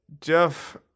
Jeff